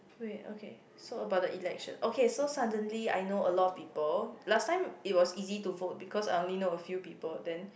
wait okay so about the election okay so suddenly I know a lot of people last time it was easy to vote because I only know a few people then